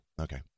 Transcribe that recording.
okay